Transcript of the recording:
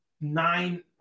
nine